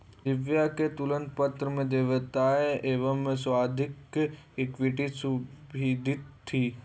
दिव्या के तुलन पत्र में देयताएं एवं स्वाधिकृत इक्विटी सूचीबद्ध थी